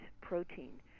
protein